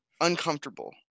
uncomfortable